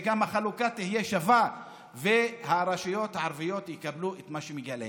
אז שגם החלוקה תהיה שווה ושהרשויות הערביות יקבלו את מה שמגיע להן.